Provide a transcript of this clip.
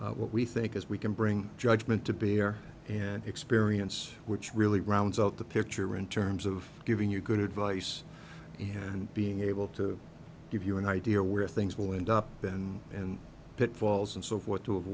law what we think is we can bring judgement to be here and experience which really rounds out the picture in terms of giving you good advice and being able to give you an idea where things will end up then and pitfalls and so forth